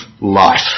life